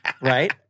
Right